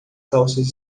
calças